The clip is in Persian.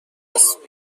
راست